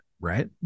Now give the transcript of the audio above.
right